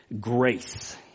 grace